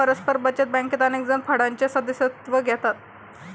परस्पर बचत बँकेत अनेकजण फंडाचे सदस्यत्व घेतात